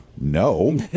No